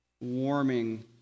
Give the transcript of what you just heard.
warming